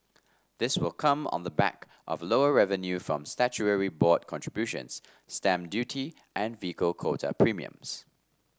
this will come on the back of lower revenue from statutory board contributions stamp duty and vehicle quota premiums